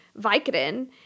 Vicodin